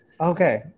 Okay